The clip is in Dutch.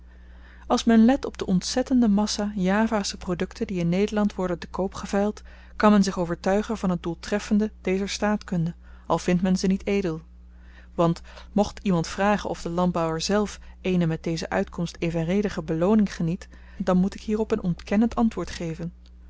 als men let op de ontzettende massa javasche produkten die in nederland worden te koop geveild kan men zich overtuigen van het doeltreffende dezer staatkunde al vindt men ze niet edel want mocht iemand vragen of de landbouwer zelf eene met deze uitkomst evenredige belooning geniet dan moet ik hierop een ontkennend antwoord geven